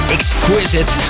Exquisite